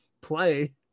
play